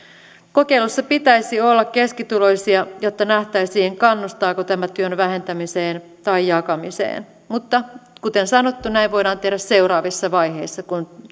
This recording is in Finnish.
kokeilussa pitäisi olla keskituloisia jotta nähtäisiin kannustaako tämä työn vähentämiseen tai jakamiseen mutta kuten sanottu näin voidaan tehdä seuraavissa vaiheissa kun